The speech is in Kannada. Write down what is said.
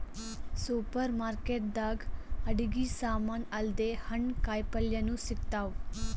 ಸೂಪರ್ ಮಾರ್ಕೆಟ್ ದಾಗ್ ಅಡಗಿ ಸಮಾನ್ ಅಲ್ದೆ ಹಣ್ಣ್ ಕಾಯಿಪಲ್ಯನು ಸಿಗ್ತಾವ್